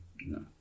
No